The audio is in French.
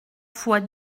fois